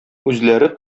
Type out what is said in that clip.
үзләре